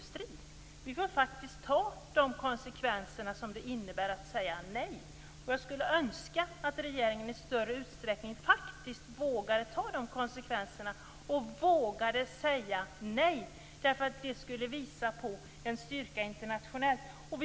Sverige får faktiskt ta de konsekvenser det innebär att säga nej. Jag skulle önska att regeringen i större utsträckning vågade ta de konsekvenserna och vågade säga nej. Det skulle nämligen visa på en styrka internationellt.